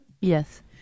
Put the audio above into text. Yes